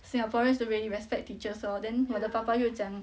singaporeans don't really respect teachers lor then 我的爸爸又讲